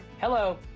Hello